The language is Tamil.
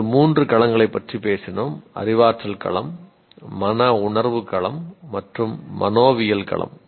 நாம் மூன்று களங்களைப் பற்றி பேசினோம் அறிவாற்றல் களம் மன உணர்வு களம் மற்றும் மனோவியல் களம்